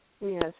Yes